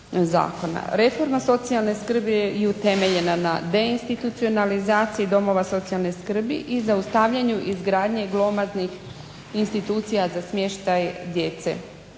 Reforma socijalne skrbi je i utemeljena na deinstitucionalizaciji domova socijalne skrbi i zaustavljanju izgradnje glomaznih institucija za smještaj djece.